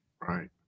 right